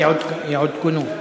יעודכנו,